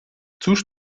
cóż